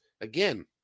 again